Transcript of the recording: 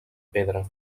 pedra